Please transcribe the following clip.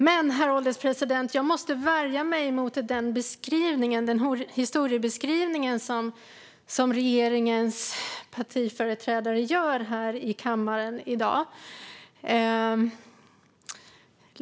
Men, herr ålderspresident, jag måste värja mig mot den historiebeskrivning som regeringens partiföreträdare gör här i kammaren i dag.